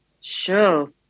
Sure